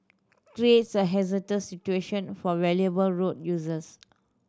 a hazardous situation for vulnerable road users